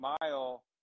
mile